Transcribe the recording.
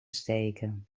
steken